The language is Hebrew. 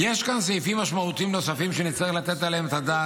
יש כאן סעיפים משמעותיים נוספים שנצטרך לתת עליהם את הדעת,